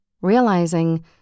realizing